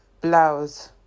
blouse